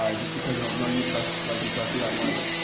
um just because they don't know you trust, like you trust you that much.